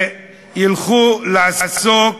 שילכו לעסוק